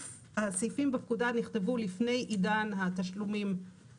הסעיפים בפקודה נכתבו לפני עידן הרב-קו,